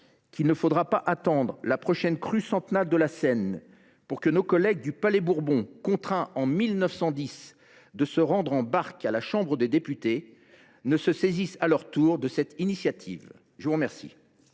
qu’il ne faudra pas attendre la prochaine crue centennale de la Seine pour que nos collègues du Palais Bourbon, contraints en 1910 de se rendre en barque à la Chambre des députés, se saisissent à leur tour de cette initiative ! La parole